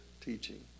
teaching